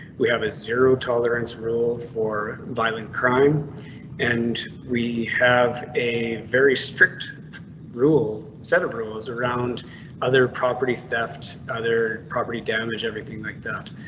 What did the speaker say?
we have a zero tolerance rule for violent crime and we have a very strict rule set of rules around other property theft. other property damage. everything like that.